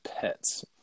pets